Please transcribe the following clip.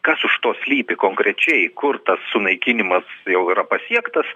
kas už to slypi konkrečiai kur tas sunaikinimas jau yra pasiektas